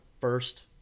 first